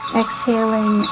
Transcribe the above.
exhaling